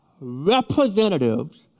representatives